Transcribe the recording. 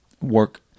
work